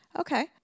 Okay